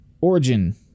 Origin